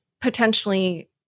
potentially